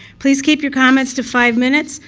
please keep your comments to five minutes,